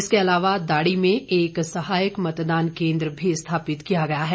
इसके अलावा दाड़ी में एक सहायक मतदान केन्द्र भी स्थापित किया गया है